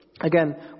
Again